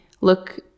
look